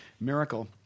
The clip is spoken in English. miracle